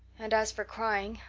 and as for crying,